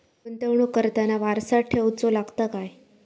गुंतवणूक करताना वारसा ठेवचो लागता काय?